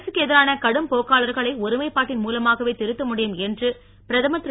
அரசுக்கு எதிரான கடும் போக்காளர்களை ஒருமைப்பாட்டின் மூலமாகவே திருத்த முடியும் என்று பிரதமர் திரு